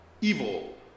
evil